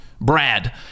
Brad